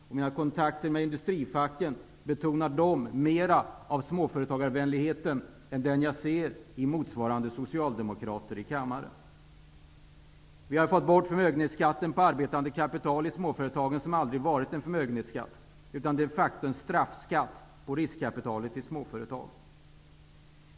Vid mina kontakter med industrifacken visar de mer av småföretagarvänlighet än vad jag ser hos socialdemokraterna i kammaren. Vi har fått bort förmögenhetsskatten på arbetande kapital i småföretagen. Det har aldrig varit en förmögenhetsskatt utan de facto en straffskatt på rikskapitalet i småföretag.